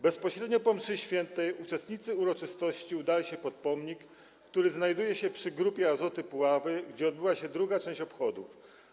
Bezpośrednio po mszy św. uczestnicy uroczystości udali się pod pomnik, który znajduje się przy Grupie Azoty Puławy, gdzie odbyła się druga część obchodów.